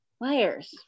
layers